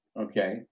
Okay